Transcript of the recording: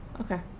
okay